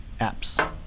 apps